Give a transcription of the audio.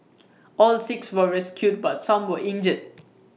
all six were rescued but some were injured